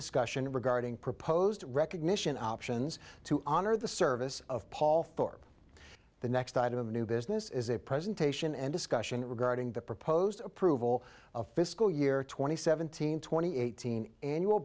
discussion regarding proposed recognition options to honor the service of paul for the next item of new business is a presentation and discussion regarding the proposed approval of fiscal year twenty seventeen twenty eighteen annual